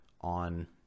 on